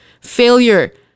failure